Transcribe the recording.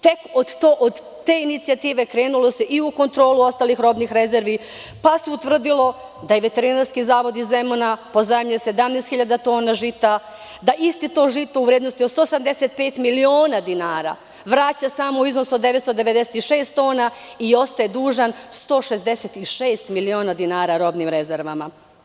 Tek od te inicijative krenulo se i u kontrolu ostalih robnih rezervi pa se utvrdilo i da je Veterinarski zavod iz Zemuna pozajmio 17.000 tona žita, da isto to žito u vrednosti od 175 miliona dinara vraća samo u iznosu od 996 tona i ostaje dužan 166 miliona dinara robnim rezervama.